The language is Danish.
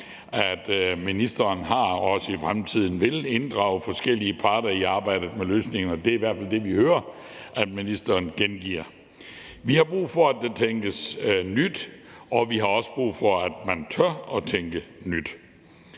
har inddraget og også i fremtiden vil inddrage forskellige parter i arbejdet med løsninger, og det er i hvert fald det, vi hører at ministeren gengiver. Vi har brug for, at der tænkes nyt, og vi har også brug for, at man tør at tænke nyt.